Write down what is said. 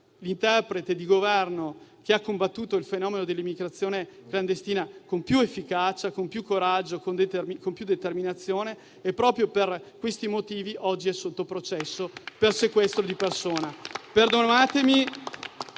l'interprete di governo che ha combattuto il fenomeno dell'immigrazione clandestina con più efficacia, coraggio e determinazione e proprio per questi motivi oggi è sotto processo per sequestro di persona.